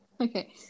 okay